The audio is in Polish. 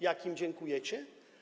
Jak im dziękujecie?